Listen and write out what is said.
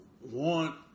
want